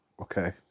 okay